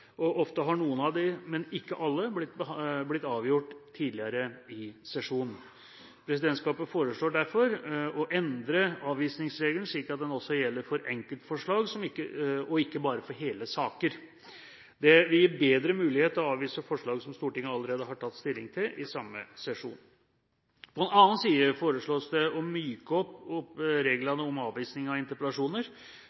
og ofte har noen av dem, men ikke alle, blitt avgjort tidligere i sesjonen. Presidentskapet foreslår derfor å endre avvisningsregelen slik at den også gjelder for enkeltforslag, og ikke bare for hele saker. Det gir bedre mulighet til å avvise forslag som Stortinget allerede har tatt stilling til i samme sesjon. På den annen side foreslås det å myke opp